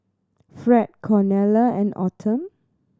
Fred Cornelia and Autumn